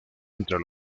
entre